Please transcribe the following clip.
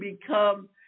become